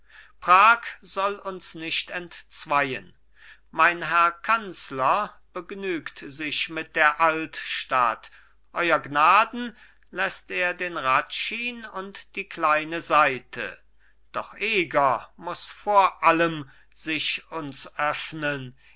prag soll uns nicht entzweien mein herr kanzler begnügt sich mit der altstadt euer gnaden läßt er den ratschin und die kleine seite doch eger muß vor allem sich uns öffnen